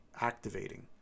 activating